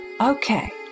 Okay